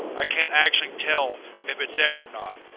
i can't actually tell if it's there or not.